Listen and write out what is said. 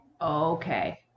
Okay